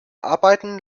arbeiten